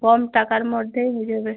কম টাকার মধ্যেই হয়ে যাবে